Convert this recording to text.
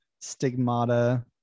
stigmata